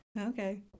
Okay